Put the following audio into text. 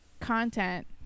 Content